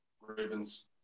Ravens